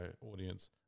audience